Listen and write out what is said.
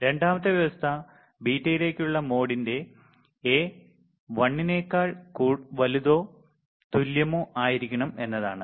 രണ്ടാമത്തെ വ്യവസ്ഥ ബീറ്റയിലേക്കുള്ള മോഡിന്റെ A 1 നെക്കാൾ വലുതോ തുല്യമോ ആയിരിക്കണം എന്നതാണ്